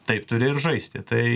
taip turi ir žaisti tai